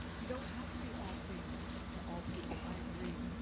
you don't have to be all things to all people, i agree,